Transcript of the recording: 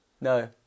No